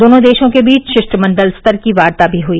दोनों देशों के बीच शिष्टमंडल स्तर की वार्ता भी हुई